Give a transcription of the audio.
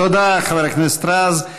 תודה, חבר הכנסת רז.